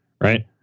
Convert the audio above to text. right